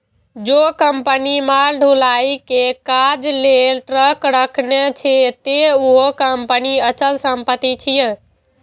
जौं कंपनी माल ढुलाइ के काज लेल ट्रक राखने छै, ते उहो कंपनीक अचल संपत्ति छियै